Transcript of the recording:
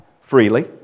Freely